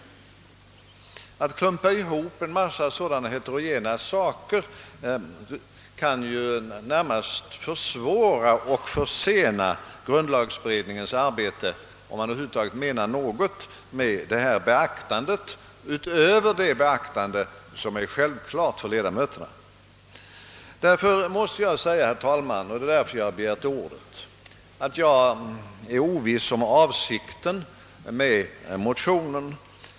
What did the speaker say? Att klumpa ihop en massa sådana heterogena problem kan närmast försvåra och försena grundlagberedningens arbete, om vi över huvud taget menar något med detta beaktande utöver det beaktande som är självklart för ledamöterna. Jag måste säga, herr talman, och det är därför som jag har begärt ordet, att jag är oviss om avsikten med motionen.